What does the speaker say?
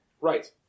Right